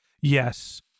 Yes